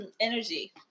Energy